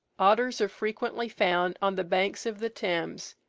otters are frequently found on the banks of the thames,